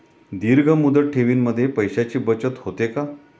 दीर्घ मुदत ठेवीमध्ये पैशांची बचत होते का?